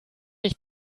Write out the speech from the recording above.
ich